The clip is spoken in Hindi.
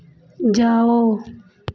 जाओ